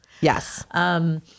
Yes